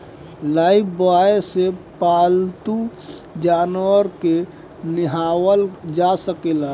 Lifebuoy से पाल्तू जानवर के नेहावल जा सकेला